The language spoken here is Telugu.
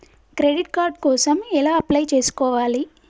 క్రెడిట్ కార్డ్ కోసం ఎలా అప్లై చేసుకోవాలి?